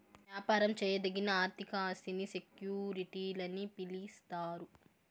యాపారం చేయదగిన ఆర్థిక ఆస్తిని సెక్యూరిటీలని పిలిస్తారు